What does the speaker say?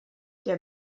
der